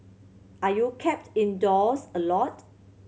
are you kept indoors a lot